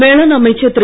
வேளாண் அமைச்சர் திரு